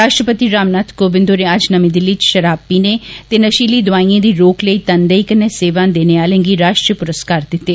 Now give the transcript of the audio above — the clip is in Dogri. राश्ट्रपति रामनाथ कोविन्द होरें अज्ज नमीं दिल्ली च षराब पीने ते नषीली दवाइएं दी रोक लेई तनदेही कन्नै सेवां देने आलें गी राश्ट्रीय पुरस्कार दिते